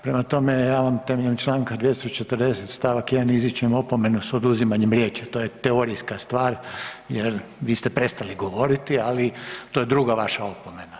Prema tome, ja vam temeljem čl. 240. st. 1. izričem opomenu s oduzimanjem riječi, to je teorijska stvar jer vi ste prestali govoriti, ali to je druga vaša opomena.